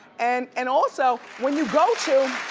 and and also, when you go to.